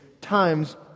times